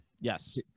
Yes